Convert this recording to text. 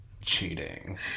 Cheating